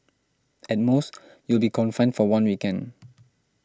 at most you'll be confined for one weekend